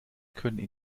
können